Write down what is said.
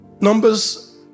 Numbers